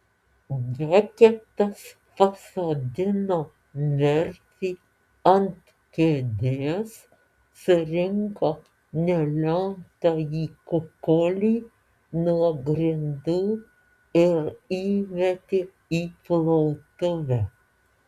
beketas pasodino merfį ant kėdės surinko nelemtąjį kukulį nuo grindų ir įmetė į plautuvę